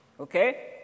Okay